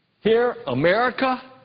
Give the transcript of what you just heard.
here america